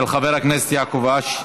של חבר הכנסת יעקב אשר.